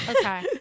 Okay